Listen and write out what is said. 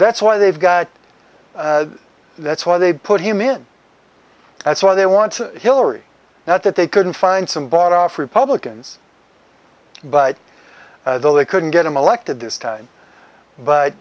that's why they've got that's why they put him in that's why they want hillary now that they couldn't find some bought off republicans but they couldn't get him elected this time but